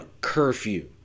curfew